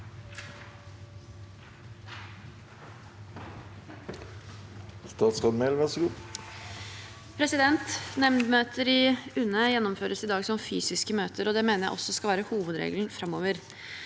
Nemndmøter i UNE gjennomføres i dag som fysiske møter. Det mener jeg også skal være hovedregelen framover.